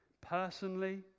personally